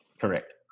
Correct